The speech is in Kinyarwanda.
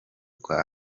kwa